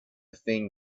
thing